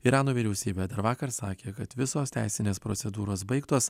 irano vyriausybė dar vakar sakė kad visos teisinės procedūros baigtos